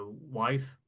wife